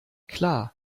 klar